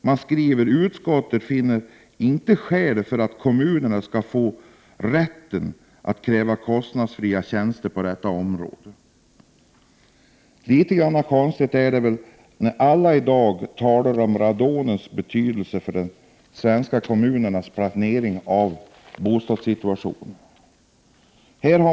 Man skriver: ”Utskottet finner inte skäl för att kommunerna skulle få rätt att kräva kostnadsfria tjänster på detta område”. Detta är litet konstigt med tanke på att alla i dag talar om radonets betydelse för de svenska kommunernas planering när det gäller bostadssituationen.